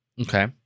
Okay